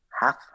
half